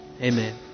Amen